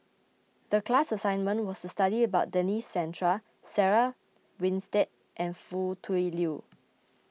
the class assignment was to study about Denis Santry Sarah Winstedt and Foo Tui Liew